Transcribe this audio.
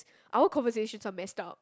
our conversations are messed up